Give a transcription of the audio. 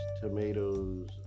tomatoes